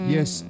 Yes